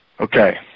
Okay